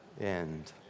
end